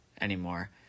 anymore